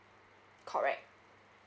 correct